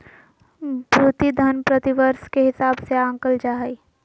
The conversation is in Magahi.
भृति धन प्रतिवर्ष के हिसाब से आँकल जा हइ